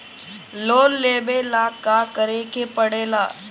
Loan लेबे ला का करे के पड़े ला?